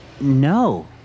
no